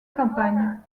campagne